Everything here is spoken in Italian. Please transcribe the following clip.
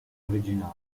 originali